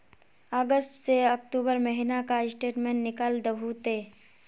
अगस्त से अक्टूबर महीना का स्टेटमेंट निकाल दहु ते?